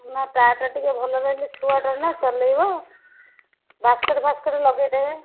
ନା ଟାରଟା ଟିକେ ଭଲ ରହିଲେ ଛୁଆଟା ନା ଚଲେଇବ ବାସ୍କେଟ୍ ଫାସ୍କେଟ୍ ଲଗେଇ ଦେବେ